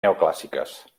neoclàssiques